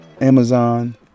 Amazon